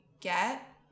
get